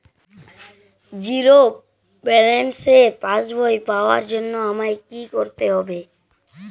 Zero ব্যালেন্সের পাসবই পাওয়ার জন্য আমায় কী করতে হবে?